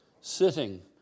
sitting